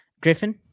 Griffin